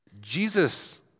Jesus